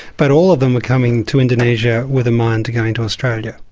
but all of them were coming to indonesia with a mind to going to australia.